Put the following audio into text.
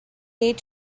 need